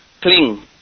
cling